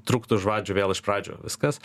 trukt už vadžių vėl iš pradžių viskas